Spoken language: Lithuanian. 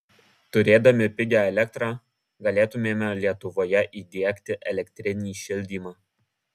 turėdami pigią elektrą galėtumėme lietuvoje įdiegti elektrinį šildymą